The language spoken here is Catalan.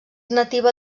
nativa